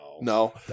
No